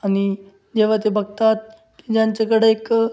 आणि जेव्हा ते बघतात की ज्यांच्याकडं एक